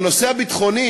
עם הנושא הביטחוני,